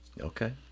Okay